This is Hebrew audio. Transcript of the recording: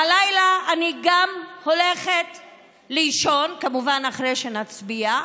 הלילה אני גם הולכת לישון, כמובן אחרי שנצביע,